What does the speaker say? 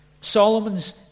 Solomon's